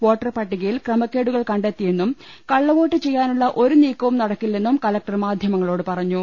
voter പട്ടികയിൽ ക്രമക്കേടു കൾ കണ്ടെത്തിയെന്നും കള്ള വോട്ടു ചെയ്യാനുള്ള ഒരു നീക്കവും നടക്കില്ലെന്നും കലക്ടർ മാധ്യമങ്ങളോട് പറഞ്ഞു